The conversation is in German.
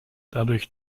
dadurch